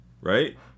right